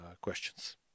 questions